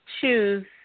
choose